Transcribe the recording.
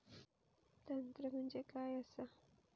तंत्र म्हणजे काय असा?